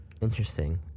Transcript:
Interesting